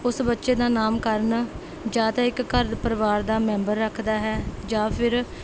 ਉਸ ਬੱਚੇ ਦਾ ਨਾਮਕਰਨ ਜਾਂ ਤਾਂ ਇੱਕ ਘਰ ਪਰਿਵਾਰ ਦਾ ਮੈਂਬਰ ਰੱਖਦਾ ਹੈ ਜਾਂ ਫਿਰ